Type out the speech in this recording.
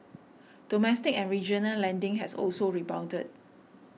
domestic and regional lending has also rebounded